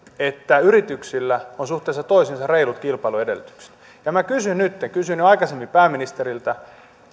että yrityksillä on suhteessa toisiinsa reilut kilpailuedellytykset ja minä kysyn nyt kysyin jo aikaisemmin pääministeriltä